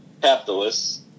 capitalists